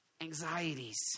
Anxieties